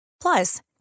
Plus